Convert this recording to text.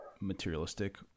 materialistic